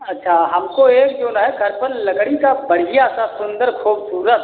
अच्छा हमको एक जौन है घर पर लकड़ी का बढ़िया सा सुंदर खूबसूरत